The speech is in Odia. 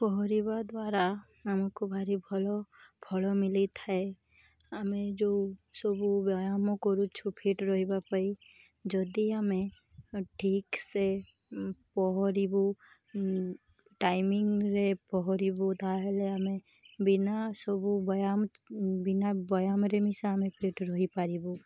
ପହଁରିବା ଦ୍ୱାରା ଆମକୁ ଭାରି ଭଲ ଫଳ ମିଳିଥାଏ ଆମେ ଯେଉଁ ସବୁ ବ୍ୟାୟାମ୍ କରୁଛୁ ଫିଟ୍ ରହିବା ପାଇଁ ଯଦି ଆମେ ଠିକ୍ସେ ପହଁରିବୁ ଟାଇମିଂରେ ପହଁରିବୁ ତା'ହେଲେ ଆମେ ବିନା ସବୁ ବ୍ୟାୟାମ୍ ବିନା ବ୍ୟାୟାମ୍ରେ ମିଶା ଆମେ ଫିଟ୍ ରହିପାରିବୁ